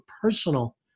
personal